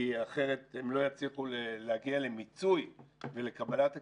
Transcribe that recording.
כי אחרת הם לא יצליחו להגיע למיצוי ולקבלת הכספים.